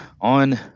on